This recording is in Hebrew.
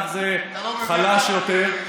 כך זה חלש יותר.